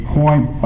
point